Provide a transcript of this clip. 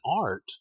art